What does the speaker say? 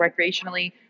recreationally